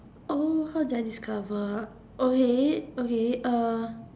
oh how did I discover okay okay uh